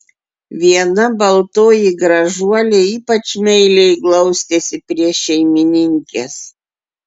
viena baltoji gražuolė ypač meiliai glaustėsi prie šeimininkės